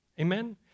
Amen